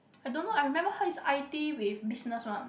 I don't know I remember her is I_T with business one